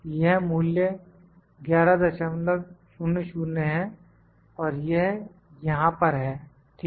यह मूल्य 1100 है और यह यहां पर है ठीक है